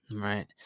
Right